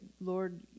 Lord